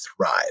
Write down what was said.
thrive